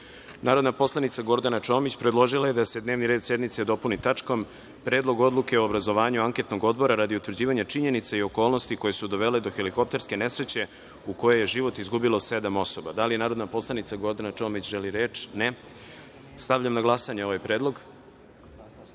predlog. Narodna poslanica Gordana Čomić, predložila je da se dnevni red sednice dopuni tačkom Predlog odluke o obrazovanju Anketnog odbora radi utvrđivanja činjenica i okolnosti koje su dovele do helikopterske nesreće u kojoj je život izgubilo sedam osoba. Da li narodna poslanica Gordana Čomić želi reč? (Ne.)Stavljam na glasanje ovaj